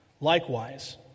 likewise